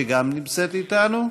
שגם נמצאת איתנו.